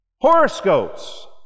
Horoscopes